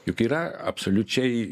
juk yra absoliučiai